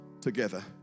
together